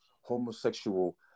homosexual